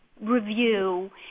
review